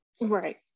Right